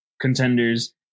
contenders